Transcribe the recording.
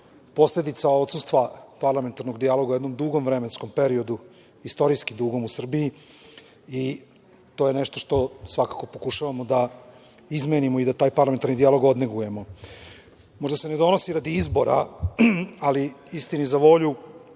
posledica odsustva parlamentarnog dijaloga u jednom dugom vremenskom periodu, istorijski dugom u Srbiji. To je nešto što svakako pokušavamo da izmenimo i da taj parlamentarni dijalog odnegujemo. Možda se ne donosi radi izbora, ali istini za volju